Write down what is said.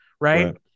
Right